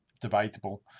debatable